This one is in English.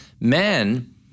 Men